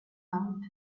out